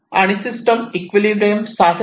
आणि system equilibrium साधते